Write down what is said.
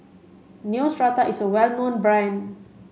Neostrata is a well known brand